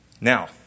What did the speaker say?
now